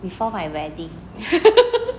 before my wedding